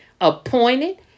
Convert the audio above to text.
appointed